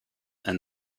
and